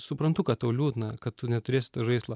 suprantu kad tau liūdna kad tu neturėsi to žaislo